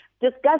discuss